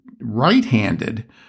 right-handed